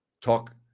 talk